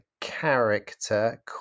character